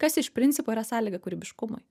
kas iš principo yra sąlyga kūrybiškumui